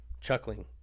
Chuckling